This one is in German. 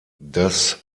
das